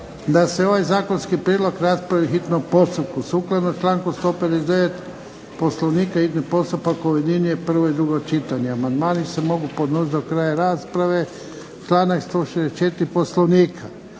da se ovaj zakonski prijedlog raspravi u hitnom postupku. Sukladno članku 159. Poslovnika hitni postupak objedinjuje prvo i drugo čitanje. Amandmani se mogu podnositi do kraja rasprave, članak 164. Poslovnika.